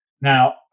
Now